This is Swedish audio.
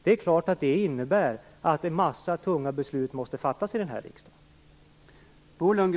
Det är klart att detta innebär att en massa tunga beslut måste fattas i denna riksdag.